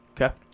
Okay